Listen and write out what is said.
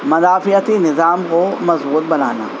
مدافعتی نظام کو مضبوط بنانا